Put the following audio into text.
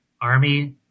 Army